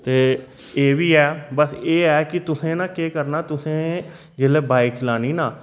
ते एह् बी ऐ बस एह् ऐ कि तुसें ना केह् करना तुसें जेल्लै बाइक चलानी ना